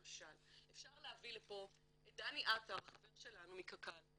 אפשר להביא לפה את דני עטר החבר שלנו מקק"ל,